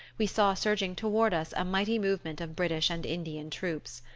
we saw surging toward us a mighty movement of british and indian troops.